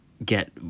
get